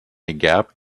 gap